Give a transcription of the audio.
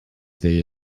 they